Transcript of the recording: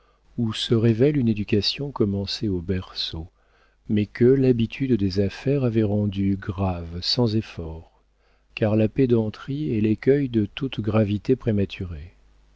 où se révèle une éducation commencée au berceau mais que l'habitude des affaires avait rendu grave sans effort car la pédanterie est l'écueil de toute gravité prématurée